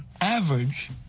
average